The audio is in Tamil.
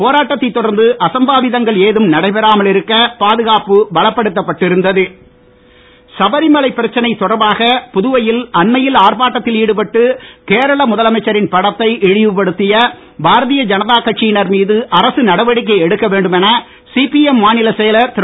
போராட்டத்தை தொடர்ந்து அசம்பாவிதங்கள் ஏதும் நடைபெறாமல் இருக்க பாதுகாப்பு பலப்படுத்தப்பட்டு இருந்தது சபரிமலை பிரச்னை தொடர்பாக புதுவையில் அண்மையில் ஆர்ப்பாட்டத்தில் ஈடுபட்டு கேரள முதலமைச்சரின் படத்தை இழிப்படுத்தி பாரதிய ஜனதா கட்சியினர் மீது அரசு நடவடிக்கை எடுக்க வேண்டும் என சிபிஎம் மாநிலச் செயலர் திரு